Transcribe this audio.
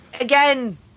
Again